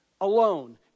alone